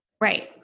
right